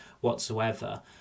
whatsoever